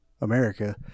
america